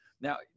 Now